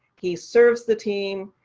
he serves the team.